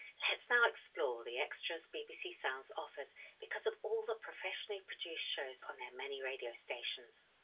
let's now explore the extras bbc sounds offers because of all the professionally produced shows on their many radio stations.